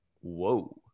whoa